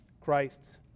Christ's